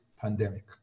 pandemic